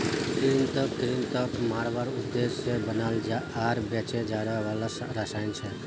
कृंतक कृन्तकक मारवार उद्देश्य से बनाल आर बेचे जाने वाला रसायन छे